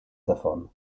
davon